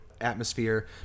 Atmosphere